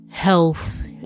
health